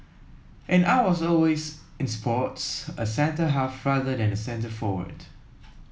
and I was always in sports a centre half rather than centre forward